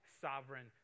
sovereign